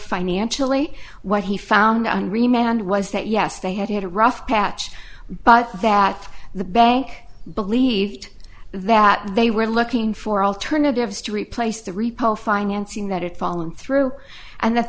financially what he found on remained was that yes they had had a rough patch but that the bank believed that they were looking for alternatives to replace the repo financing that it fallen through and